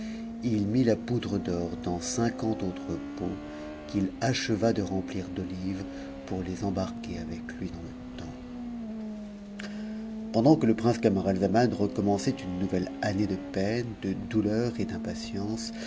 il mit la poudre d'or dans cinquante autres pots qu'il acheva de remplir d'olives pour les embarquer avec lui dmiie temps pendant que le prince camaralzaman recommençait une nouvelle aune de peine de douleur et d'impatience